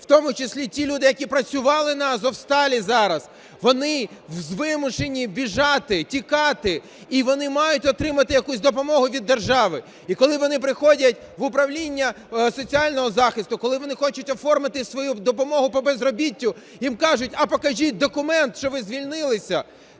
у тому числі ті люди, які працювали на "Азовсталі" зараз, вони вимушені тікати, і вони мають отримати якусь допомогу від держави. І коли вони приходять в управління соціального захисту, коли вони хочуть оформити свою допомогу по безробіттю, їм кажуть, а покажіть документ, що ви звільнилися.